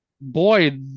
boy